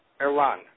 Iran